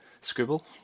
scribble